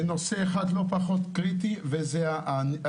ונושא אחד לא פחות קריטי זה המיגון,